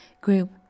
group